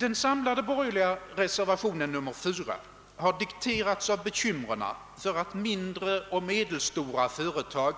Den samlade borgerliga reservationen 4 har dikterats av bekymren för att mindre och medelstora företag